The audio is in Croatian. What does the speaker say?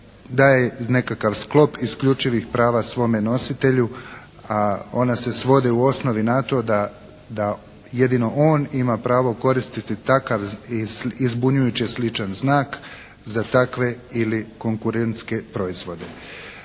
daje nekakav sklop isključivih prava svome nositelju, a ona se svode u osnovi na to da jedino on ima pravo koristiti takav i zbunjujuće sličan znak za takve ili konkurentske proizvode.